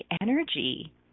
energy